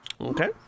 Okay